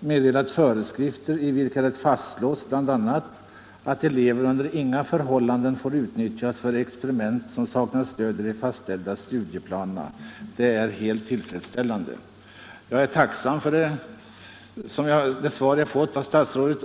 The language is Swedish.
meddelat föreskrifter i vilka det fastslås bl.a. att elever under inga förhållanden får utnyttjas för experiment som saknar stöd i de fastställda studieplanerna. Det är Nr 25 helt tillfredsställande. Tisdagen den Jag är tacksam för det svar jag fått av statsrådet.